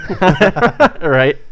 Right